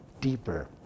deeper